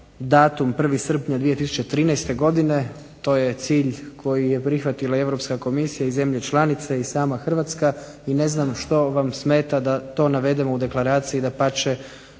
datum 1. srpnja 2013. godine, to je cilj koji je prihvatila i Europska Komisija i zemlje članice i sama Hrvatska, i ne znam što vam smeta da to navedemo u deklaraciji, dapače